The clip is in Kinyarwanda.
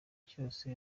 cyose